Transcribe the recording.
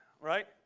right